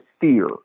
fear